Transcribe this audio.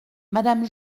madame